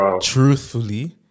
truthfully